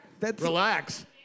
Relax